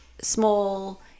small